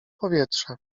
powietrze